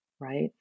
Right